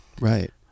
Right